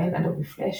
בהן אדובי פלאש,